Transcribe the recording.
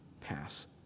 pass